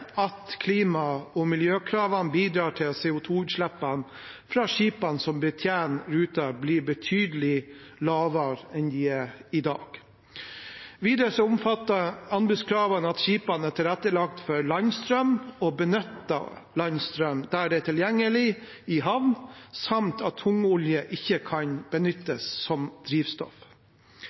at klima- og miljøkravene bidrar til at CO 2 -utslippene fra skipene som betjener ruten, blir betydelig lavere enn de er i dag. Videre omfatter anbudskravene at skipene er tilrettelagt for landstrøm og benytter landstrøm der det er tilgjengelig, i havn, samt at tungolje ikke kan benyttes som drivstoff.